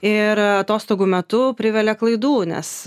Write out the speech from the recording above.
ir atostogų metu privelia klaidų nes